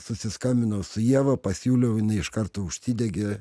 susiskambinau su ieva pasiūliau jinai iš karto užsidegė